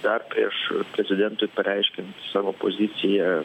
dar prieš prezidentui pareiškiant savo poziciją